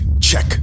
check